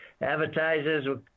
advertisers